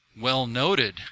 well-noted